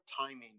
timing